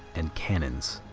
and cannons.